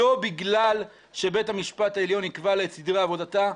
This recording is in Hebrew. לא בגלל שבית המשפט העליון יקבע לה את סדרי עבודתה.